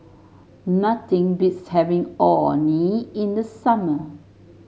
nothing beats having Orh Nee in the summer